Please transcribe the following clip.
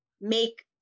make